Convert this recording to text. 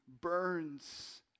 burns